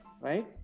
right